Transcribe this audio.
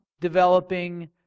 developing